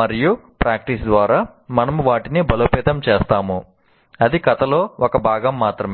మరియు ప్రాక్టీస్ ద్వారా మనము వాటిని బలోపేతం చేస్తాము అది కథలో ఒక భాగం మాత్రమే